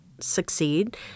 succeed